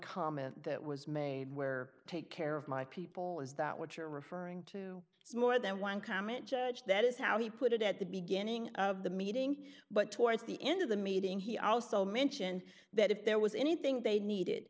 comment that was made where take care of my people is that what you're referring to is more than one comment judge that is how he put it at the beginning of the meeting but towards the end of the meeting he also mentioned that if there was anything they needed